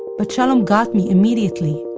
but shalom got me immediately.